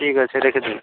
ঠিক আছে রেখে দিন